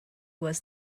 was